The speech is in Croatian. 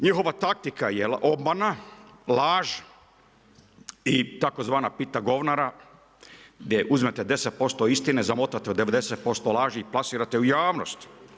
Njihova taktika je obmana, laž i tzv. pita govnara, gdje uzmete 10% istine, zamotate u 90% laži i plasirate u javnost.